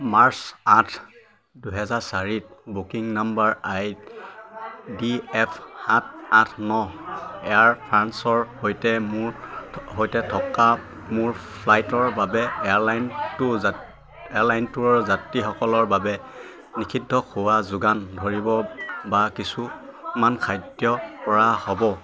March আঠ দুহেজাৰ চাৰিত booking number I D F সাত আঠ নত এয়াৰ ফ্ৰান্সৰ সৈতে মোৰ সৈতে থকা মোৰ ফ্লাইটৰ বাবে এয়াৰলাইনটো এয়াৰলাইনটোৱে যাত্ৰীসকলৰ বাবে নিষিদ্ধ খোৱাৰ যোগান ধৰিব বা কিছুমান খাদ্যৰ পৰা হ'ব